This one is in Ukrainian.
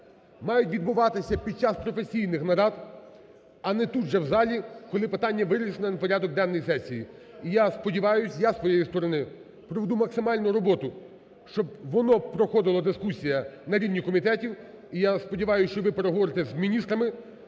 мають відбуватися під час професійних нарад, а не тут же в залі, коли питання винесене на порядок денний сесії. І я сподіваюсь, я зі своєї сторони проведу максимальну роботу, щоб воно проходило, дискусія на рівні комітетів. І я сподіваюсь, що ви переговорите з міністрами,